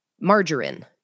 margarine